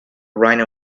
rhino